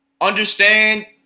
understand